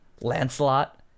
Lancelot